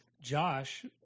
Josh